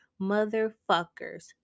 motherfuckers